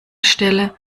stelle